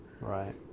Right